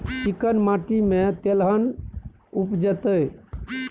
चिक्कैन माटी में तेलहन उपजतै?